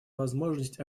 возможность